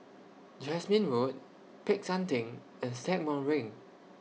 Jasmine Road Peck San Theng and Stagmont Ring